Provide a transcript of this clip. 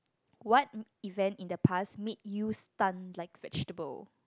what event in the past made you stunned like vegetable